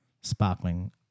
sparkling –